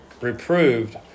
reproved